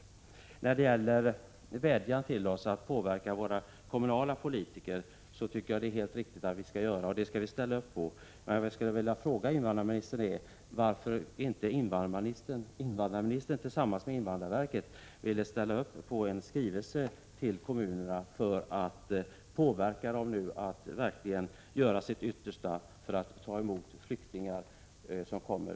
Invandrarministerns vädjan till oss att försöka påverka våra kommunalpolitiker anser jag vara helt riktig. Vi skall ställa upp på detta. Men jag vill fråga invandrarministern varför inte han tillsammans med invandrarverket ville vara med om en skrivelse till kommunerna i syfte att påverka dem att verkligen göra sitt yttersta för att ta emot flyktingar.